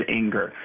anger